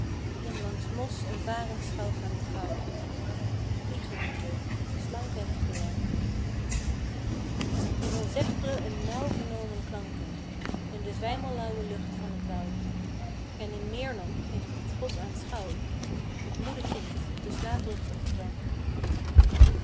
in langs mos en varens schuilgaand goud wiegelende op de slanke heggeranken in onzegbre en nauw vernomen klanken in de zwijmellauwe lucht van t woud en in meer nog heeft het god aanschouwd t moede kind te slaperig om te danken